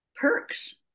perks